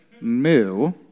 moo